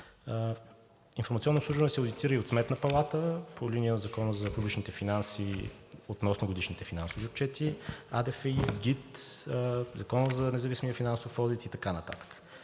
„Информационно обслужване“ се одитира и от Сметната палата по линия на Закона за публичните финанси относно годишните финансови отчети, АДФИ, ГИТ, Закона за независимия финансов одит и така нататък.